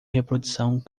reprodução